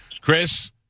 Chris